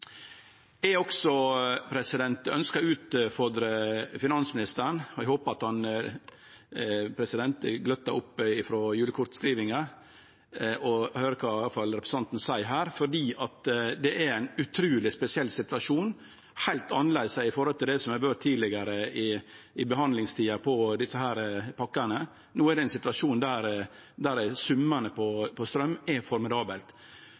Også eg ønskjer å utfordre finansministeren, og eg håpar at han gløttar opp frå julekortskrivinga og høyrer kva eg seier, for det er ein utruleg spesiell situasjon, heilt annleis i forhold til det som har vore tidlegare når det gjeld behandlingstida på desse pakkane. No er det ein situasjon der summane på straum er